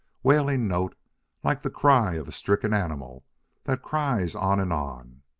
wailing note like the cry of a stricken animal that cries on and on.